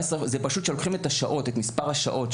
כשלוקחים את מספר השעות,